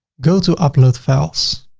go to upload files,